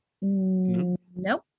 Nope